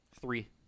Three